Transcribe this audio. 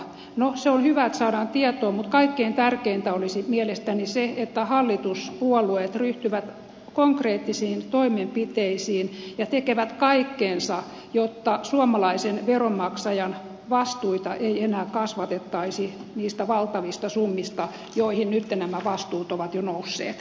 no se on hyvä että saadaan tietoa mutta kaikkein tärkeintä olisi mielestäni se että hallituspuolueet ryhtyvät konkreettisiin toimenpiteisiin ja tekevät kaikkensa jotta suomalaisen veronmaksajan vastuita ei enää kasvatettaisi niistä valtavista summista joihin nytten nämä vastuut ovat jo nousseet